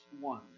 one